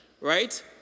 right